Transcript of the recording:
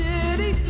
City